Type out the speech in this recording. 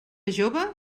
jove